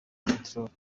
peteroli